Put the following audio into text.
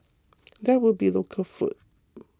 there will be local food